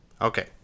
Okay